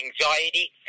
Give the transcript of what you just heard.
anxiety